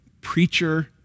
Preacher